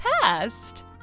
past